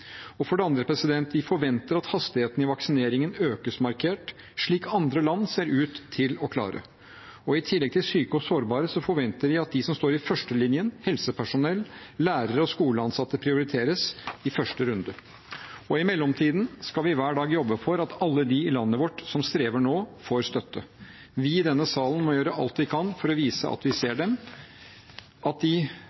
For det andre: Vi forventer at hastigheten i vaksineringen økes markert, slik andre land ser ut til å klare. I tillegg til syke og sårbare forventer vi at de som står i førstelinjen – helsepersonell, lærere og skoleansatte – prioriteres i første runde. I mellomtiden skal vi hver dag jobbe for at alle de i landet vårt som strever nå, får støtte. Vi i denne salen må gjøre alt vi kan for å vise at vi